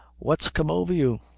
what's come over you?